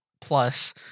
plus